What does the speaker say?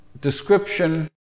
description